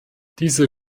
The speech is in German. diese